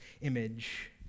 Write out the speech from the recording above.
image